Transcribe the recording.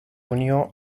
unió